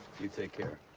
you take care.